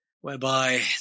whereby